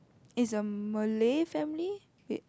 is a Malay family wait